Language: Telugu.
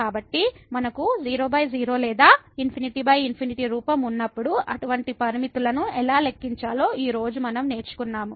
కాబట్టి మనకు 00 లేదా ∞∞ రూపం ఉన్నప్పుడు అటువంటి లిమిట్ లను ఎలా లెక్కించాలో ఈ రోజు మనం నేర్చుకున్నాము